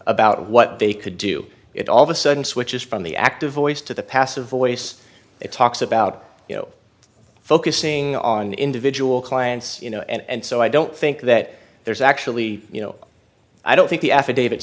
about what they could do it all of a sudden switches from the active voice to the passive voice it talks about you know focusing on individual clients you know and so i don't think that there's actually you know i don't think the